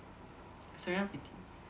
Serena prett~